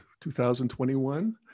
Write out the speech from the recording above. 2021